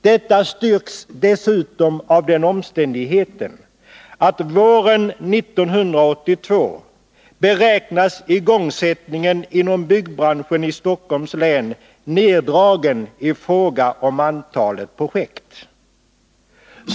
Detta styrks dessutom av den omständigheten att igångsättningen inom byggbranschen i Stockholms län våren 1982 beräknas minska i fråga om antalet projekt.